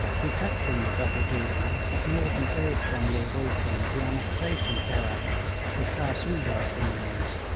detecting the double-dealing, macnaghten urged on lord auckland the annexation of herat to shah soojah's dominions,